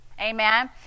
amen